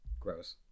gross